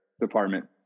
department